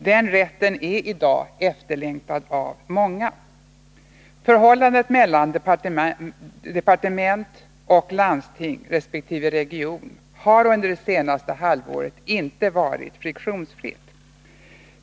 Den rätten är i dag efterlängtad av många. Förhållandet mellan departement och landsting resp. region har under det senaste halvåret inte varit friktionsfritt.